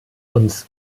uns